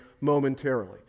momentarily